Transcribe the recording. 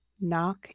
Knock